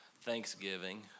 Thanksgiving